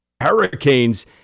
Hurricanes